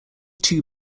two